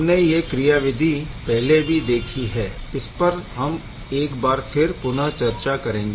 हमने यह क्रियाविधि पहले भी देखी है इसपर हम एक बार फिर पुनः चर्चा करेंगे